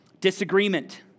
disagreement